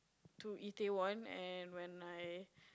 to either one and when I